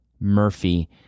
Murphy